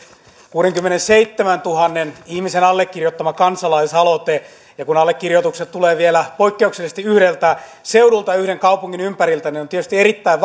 kuudenkymmenenseitsemäntuhannen ihmisen allekirjoittama kansalaisaloite kun allekirjoitukset tulevat vielä poikkeuksellisesti yhdeltä seudulta yhden kaupungin ympäriltä on tietysti erittäin